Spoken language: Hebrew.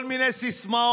כל מיני סיסמאות,